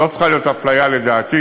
לא צריכה להיות אפליה, לדעתי,